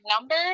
number